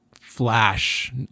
flash